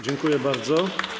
Dziękuję bardzo.